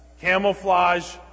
Camouflage